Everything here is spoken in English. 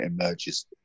emerges